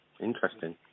Interesting